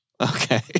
Okay